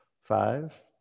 five